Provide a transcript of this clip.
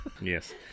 Yes